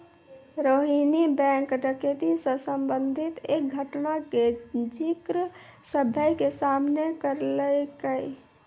Rohini bank डकैती से संबंधित एक घटना के जिक्र सभ्भे के सामने करलकै